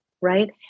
right